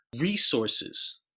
resources